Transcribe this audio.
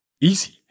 easy